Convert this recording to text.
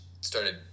started